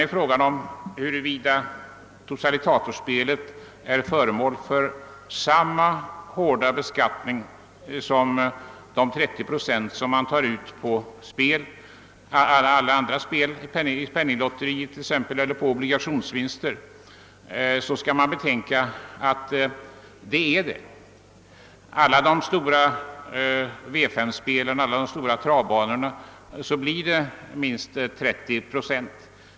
Vad sedan gäller frågan om totalisatorspelet bör bli föremål för samma hårda beskattning som andra spel, d.v.s. de 30 procent som tas ut exempelvis i penninglotteriet eller på obligationsvinster, bör man betänka att vid alla de stora V 5-spelen och spelen på de stora travbanorna blir det minst 30 procents beskattning.